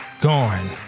gone